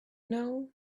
know